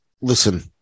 Listen